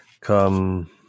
come